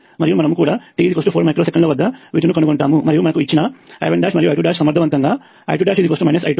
మరియు మనము కూడా t4 మైక్రో సెకన్ల వద్ద V2 ను కనుగొంటాము మరియు మనకు ఇచ్చిన I1 మరియు I2 సమర్థవంతంగా I2 I2 మరియు I1I1